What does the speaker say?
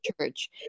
church